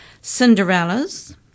Cinderellas